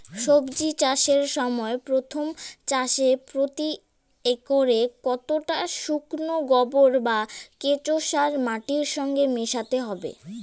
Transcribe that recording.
সবজি চাষের সময় প্রথম চাষে প্রতি একরে কতটা শুকনো গোবর বা কেঁচো সার মাটির সঙ্গে মেশাতে হবে?